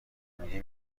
میگی